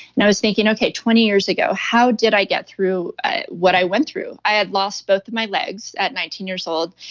and i was thinking, okay, twenty years ago, how did i get through what i went through? i had lost both of my legs at nineteen years old,